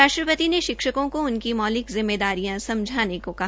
राष्ट्रपति ने शिक्षकों को उनकी मौलिक जिम्मेदारियां समझने को कहा